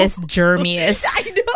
germiest